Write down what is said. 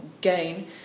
gain